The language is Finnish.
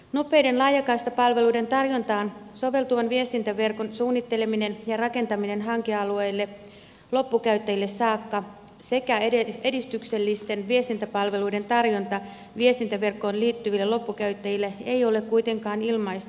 nopeiden laajakaistapalveluiden tarjontaan soveltuvan viestintäverkon suunnitteleminen ja rakentaminen hankealueille loppukäyttäjille saakka sekä edistyksellisten viestintäpalveluiden tarjonta viestintäverkkoon liittyville loppukäyttäjille ei ole kuitenkaan ilmaista